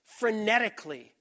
frenetically